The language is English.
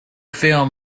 film